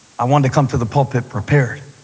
i wanted to come to the pulpit prepared.